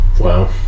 Wow